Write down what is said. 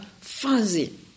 fuzzy